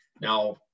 Now